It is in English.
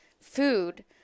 food